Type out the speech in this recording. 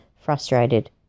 frustrated